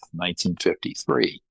1953